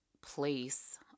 place